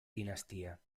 dinastía